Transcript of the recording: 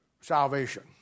salvation